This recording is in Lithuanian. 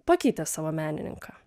pakeitė savo menininką